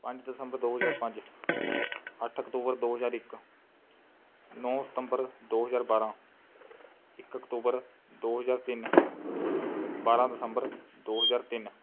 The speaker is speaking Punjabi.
ਪੰਜ ਦਸੰਬਰ ਦੋ ਹਜ਼ਾਰ ਪੰਜ ਅੱਠ ਅਕਤੂਬਰ ਦੋ ਹਜ਼ਾਰ ਇੱਕ ਨੌ ਸਤੰਬਰ ਦੋ ਹਜ਼ਾਰ ਬਾਰਾਂ ਇੱਕ ਅਕਤੂਬਰ ਦੋ ਹਜ਼ਾਰ ਤਿੰਨ ਬਾਰਾਂ ਦਸੰਬਰ ਦੋ ਹਜ਼ਾਰ ਤਿੰਨ